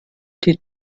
die